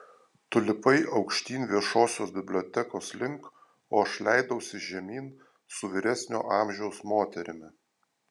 tu lipai aukštyn viešosios bibliotekos link o aš leidausi žemyn su vyresnio amžiaus moterimi